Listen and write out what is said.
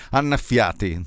annaffiati